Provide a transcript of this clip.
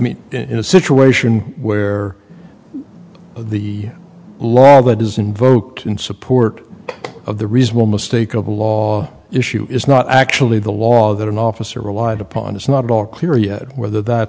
mean in a situation where the law that is invoked in support of the reasonable mistake of law issue is not actually the law that an officer relied upon it's not at all clear yet whether th